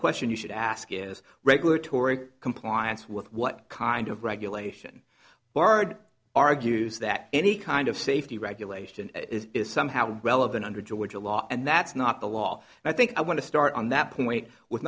question you should ask is regulatory compliance with what kind of regulation argues that any kind of safety regulation is somehow relevant under georgia law and that's not the law and i think i want to start on that point with